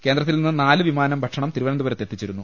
കേന്ദ്ര ത്തിൽനിന്ന് നാല് വിമാനം ഭക്ഷണം തിരുവനന്തപുരത്ത് എത്തി ച്ചിരുന്നു